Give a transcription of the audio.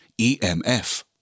EMF